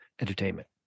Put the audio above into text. entertainment